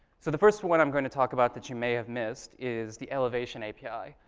so the first one i'm going to talk about that you may have missed is the elevation api.